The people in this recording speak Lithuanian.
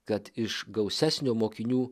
kad iš gausesnio mokinių